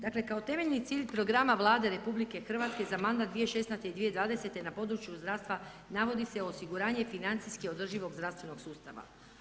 Dakle, kao temeljni cilj programa Vlade RH za mandat 2016. i 2020. na području zdravstva, navodi se osiguranje financijske održivog zdravstvenog sustava.